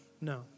no